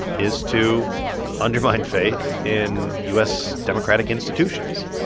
is to undermine faith in u s. democratic institutions.